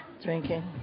Drinking